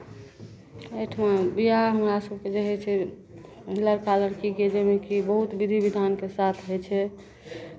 एहिठाम विवाह हमरासभके जे होइ छै लड़का लड़कीके जाहिमे कि बहुत विधि विधानके साथ होइ छै